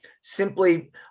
Simply